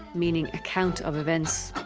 meaning account of events.